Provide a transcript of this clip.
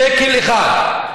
שקל אחד.